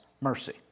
mercy